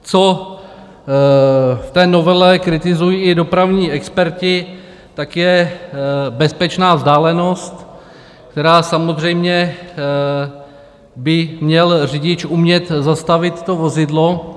Co v té novele kritizují i dopravní experti, je bezpečná vzdálenost, v které samozřejmě by měl řidič umět zastavit vozidlo.